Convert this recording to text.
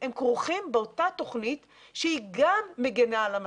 הם כרוכים באותה תוכנית שהיא גם מגינה על המצוק,